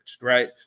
right